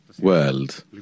world